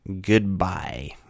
Goodbye